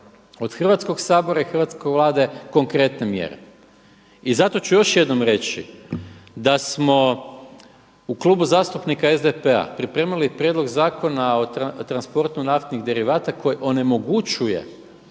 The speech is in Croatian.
od Hrvatskog sabora i hrvatske Vlade konkretne mjere. I zato ću još jednom reći da smo u Klubu zastupnika SDP-a pripremili prijedlog zakona o transportu naftnih derivata koji onemogućuje